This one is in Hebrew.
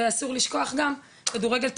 ואסור לשכוח גם כדורגל,